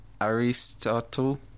Aristotle